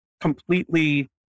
completely